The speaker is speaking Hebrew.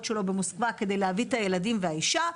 שלו במוסקבה ולהביא את הילדים ואת אשתו,